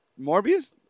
Morbius